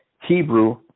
Hebrew